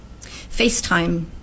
FaceTime